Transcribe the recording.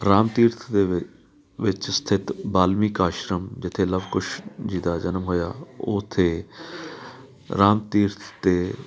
ਰਾਮ ਤੀਰਥ ਦੇ ਵਿ ਵਿੱਚ ਸਥਿਤ ਬਾਲਮੀਕ ਆਸ਼ਰਮ ਜਿੱਥੇ ਲਵ ਕੁਸ਼ ਜੀ ਦਾ ਜਨਮ ਹੋਇਆ ਉੱਥੇ ਰਾਮ ਤੀਰਥ 'ਤੇ